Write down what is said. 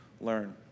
learn